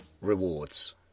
Rewards